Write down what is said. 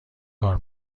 کار